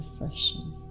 refreshing